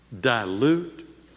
Dilute